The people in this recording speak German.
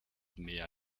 mehr